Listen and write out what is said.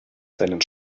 seinen